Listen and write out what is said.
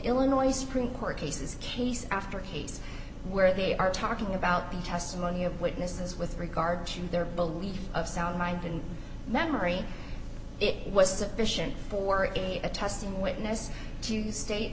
illinois supreme court cases case after case where they are talking about the testimony of witnesses with regard to their belief of sound mind and memory it was sufficient for a testing witness to state